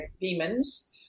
demons